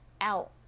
out